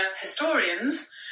historians